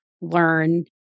learn